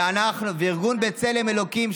ואנחנו וארגון בצלם אלוקים,